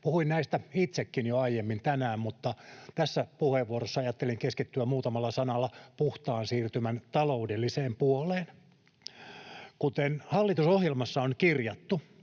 Puhuin näistä itsekin jo aiemmin tänään, mutta tässä puheenvuorossa ajattelin keskittyä muutamalla sanalla puhtaan siirtymän taloudelliseen puoleen. Kuten hallitusohjelmassa on kirjattu: